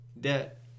debt